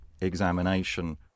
examination